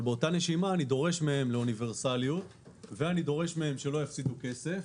אני דורש מהם גם אוניברסליות וגם שלא יפסידו כסף.